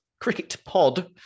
CricketPod